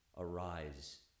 arise